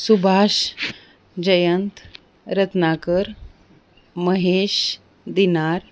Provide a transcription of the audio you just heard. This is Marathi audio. सुभाष जयंत रत्नाकर महेश दिनार